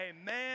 Amen